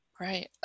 Right